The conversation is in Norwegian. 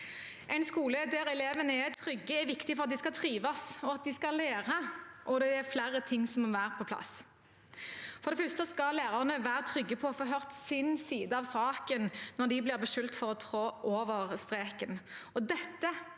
En skole der elevene er trygge, er viktig for at de skal trives og lære, og det er flere ting som må være på plass. For det første skal lærerne være trygge på å få sin side av saken hørt når de blir beskyldt for å trå over streken,